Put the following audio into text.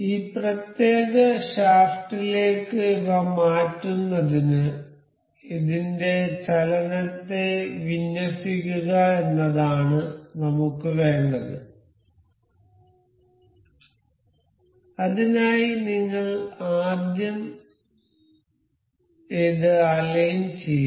ഈ പ്രത്യേക ഷാഫ്റ്റിലേക്ക് ഇവ മാറ്റുന്നതിന് ഇതിന്റെ ചലനത്തെ വിന്യസിക്കുക എന്നതാണ് നമുക്ക് വേണ്ടത് അതിനായി നിങ്ങൾ ആദ്യം ഇത് അലൈൻ ചെയ്യുക